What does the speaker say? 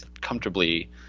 comfortably